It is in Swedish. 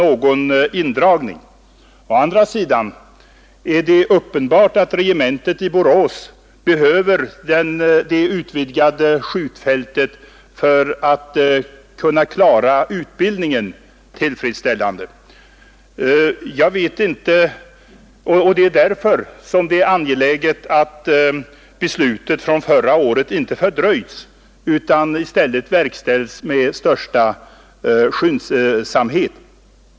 Å andra sidan är det uppenbart att regementet i Borås behöver det utvidgade skjutfältet för att kunna klara utbildningen tillfredsställande. Det är därför angeläget att genomförandet av beslutet från förra året inte fördröjs utan i stället verkställs med all rimlig skyndsamhet.